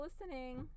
listening